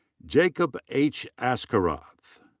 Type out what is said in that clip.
jacob h. askeroth.